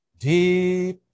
Deep